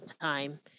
Time